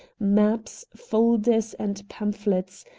maps, folders, and pamphlets,